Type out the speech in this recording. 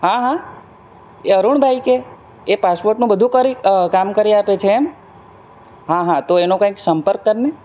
હા હા એ અરુણભાઈ કે એ પાસપોર્ટનું બધું કરી કામ કરી આપે છે એમ હં હં તો એનો કંઈક સંપર્ક કર ને